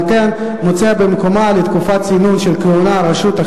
על כן מוצעת במקומה תקופת צינון של כהונת הרשות,